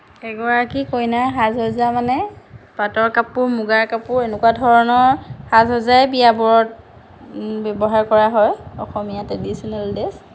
এগৰাকী কইনাৰ সাজসজ্জা মানে পাটৰ কাপোৰ মুগা কাপোৰ এনেকুৱা ধৰণৰ সাজসজ্জাই বিয়াবোৰত ব্যৱহাৰ কৰা হয় অসমীয়া ট্ৰেডিশ্যনেল ড্ৰেছ